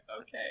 okay